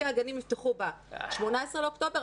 הגנים נפתחו ב-18 באוקטובר,